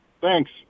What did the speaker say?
thanks